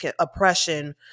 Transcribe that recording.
oppression